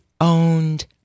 owned